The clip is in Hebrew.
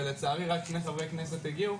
ולצערי רק שני חברי כנסת הגיעו,